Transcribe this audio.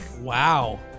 Wow